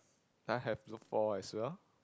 uh have look four as well